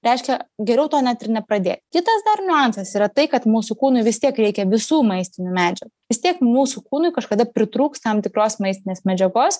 reiškia geriau to net ir nepradėt kitas dar niuansas yra tai kad mūsų kūnui vis tiek reikia visų maistinių medžiagų vis tiek mūsų kūnui kažkada pritrūks tam tikros maistinės medžiagos